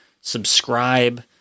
subscribe